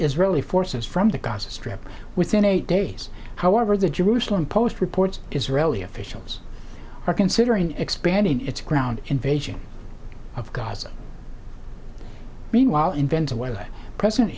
israeli forces from the gaza strip within eight days however the jerusalem post reports israeli officials are considering expanding its ground invasion of gaza meanwhile invent a way president